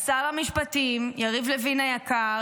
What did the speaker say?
אז שר המשפטים יריב לוין היקר,